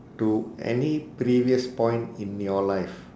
to any previous point in your life